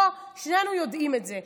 בוא, שנינו יודעים את זה.